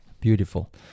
beautiful